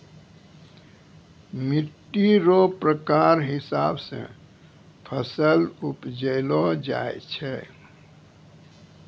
मिट्टी रो प्रकार हिसाब से फसल उपजैलो जाय छै